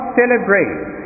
celebrate